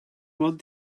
ond